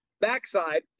backside